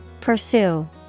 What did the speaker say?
Pursue